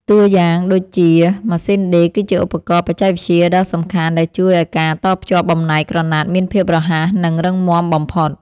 តួយ៉ាងដូចជា ម៉ាស៊ីនដេរគឺជាឧបករណ៍បច្ចេកវិទ្យាដ៏សំខាន់ដែលជួយឱ្យការតភ្ជាប់បំណែកក្រណាត់មានភាពរហ័ស និងរឹងមាំបំផុត។